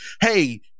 Hey